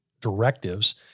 directives